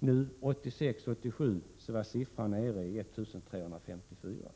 För 1986/87 var siffran nere i1 354.